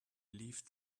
leafed